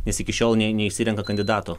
nes iki šiol nė neišsirenka kandidato